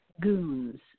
Goons